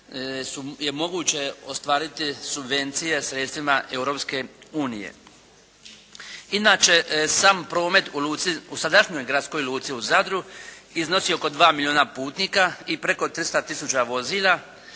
su moguće ostvariti subvencije sredstvima Europske unije. Inače sam promet u luci, u sadašnjoj gradskoj luci u Zadru iznosi oko 2 milijuna putnika i preko 300 tisuća vozila,